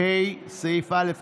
ועל מדינת ישראל.